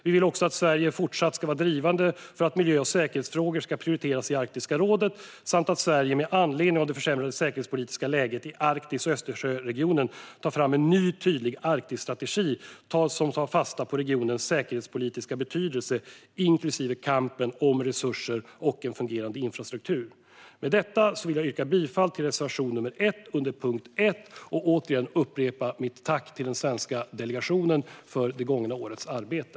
Vi vill också att Sverige fortsatt ska vara drivande för att miljö och säkerhetsfrågor ska prioriteras i Arktiska rådet samt att Sverige, med anledning av det försämrade säkerhetspolitiska läget i Arktis och Östersjöregionen, tar fram en ny tydlig Arktisstrategi som tar fasta på regionens säkerhetspolitiska betydelse inklusive kampen om resurserna och en fungerande infrastruktur. Jag yrkar bifall till reservation nr 1 under punkt 1. Jag vill upprepa mitt tack till den svenska delegationen för det gångna årets arbete.